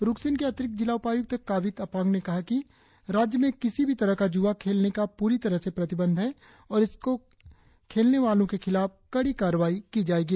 रुकसिन के अतिरिक्त जिला उपायुक्त काबित आपांग ने कहा कि राज्य में किसी भी तरह का जुआ खेलने का पूरी तरह से प्रतिबंध है और इसका खेलने वालों कें खिलाफ कड़ी कार्रवाई की जाएगी